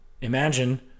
Imagine